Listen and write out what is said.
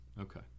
Okay